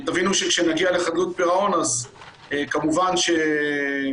תבינו שכאשר נגיע לחדלות פירעון אז כמובן אולי